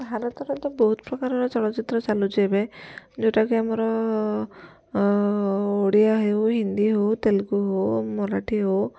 ଭାରତର ତ ବହୁତ ପ୍ରକାରର ଚଳଚ୍ଚିତ୍ର ଚାଲୁଛି ଏବେ ଯୋଉଟାକି ଆମର ଓଡ଼ିଆ ହେଉ ହିନ୍ଦୀ ହେଉ ତେଲଗୁ ହେଉ ମରାଠୀ ହେଉ